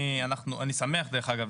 אני שמח דרך אגב,